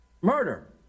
murder